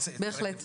בהחלט.